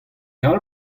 all